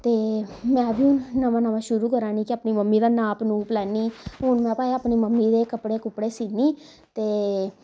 ते मैं बी नमां नमां शुरू करां नी की अपनी मम्मी दा नाप नूप लैन्नी हुन मैं भाई अपनी मम्मी दे कपड़े कुपड़े सीनी ते